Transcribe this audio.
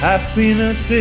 Happiness